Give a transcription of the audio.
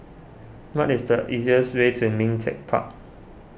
what is the easiest way to Ming Teck Park